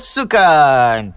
Sukan